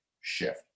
shift